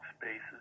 spaces